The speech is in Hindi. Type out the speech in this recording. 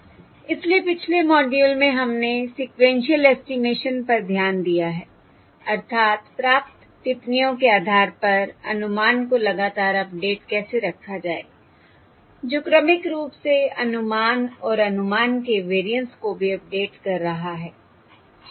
इसलिए पिछले मॉड्यूल में हमने सीक्वेन्शिअल एस्टिमेशन पर ध्यान दिया है अर्थात् प्राप्त टिप्पणियों के आधार पर अनुमान को लगातार अपडेट कैसे रखा जाए जो क्रमिक रूप से अनुमान और अनुमान के वेरिएंस को भी अपडेट कर रहा है ठीक है